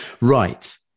Right